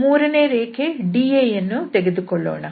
ಹಾಗೂ ಮೂರನೇ ರೇಖೆ DAಯನ್ನು ತೆಗೆದುಕೊಳ್ಳೋಣ